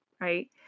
right